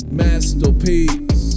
masterpiece